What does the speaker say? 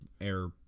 air